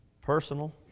personal